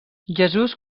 jesús